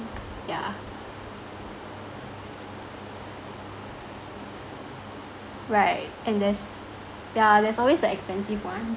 yeah right and there's yeah there's always the expensive one